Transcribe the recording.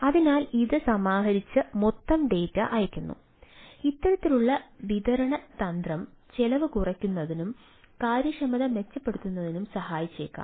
അതിനാൽ ഇത് സമാഹരിച്ച് മൊത്തം ഡാറ്റ അയയ്ക്കുന്നു ഇത്തരത്തിലുള്ള വിതരണ തന്ത്രം ചെലവ് കുറയ്ക്കുന്നതിനും കാര്യക്ഷമത മെച്ചപ്പെടുത്തുന്നതിനും സഹായിച്ചേക്കാം